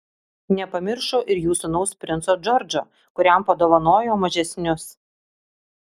nepamiršo ir jų sūnaus princo džordžo kuriam padovanojo mažesnius